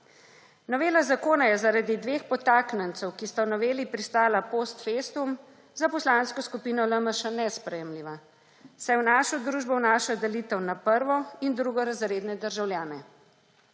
Novela zakona je zaradi dveh podtaknjencev, ki sta v noveli pristala post festum, za Poslansko skupino LMŠ nesprejemljiva, saj v našo družbo vnaša delitev na prvo- in drugorazredne državljane,